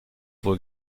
wohl